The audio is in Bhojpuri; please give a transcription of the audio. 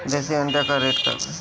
देशी अंडा का रेट बा?